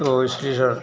तो इसकी सब